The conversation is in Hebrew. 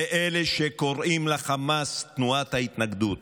אלה שקוראים לחמאס תנועת ההתנגדות,